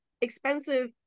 expensive